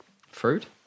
Fruit